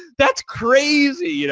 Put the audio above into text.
that's crazy. you know